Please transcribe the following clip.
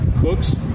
cooks